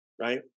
right